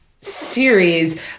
series